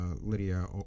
Lydia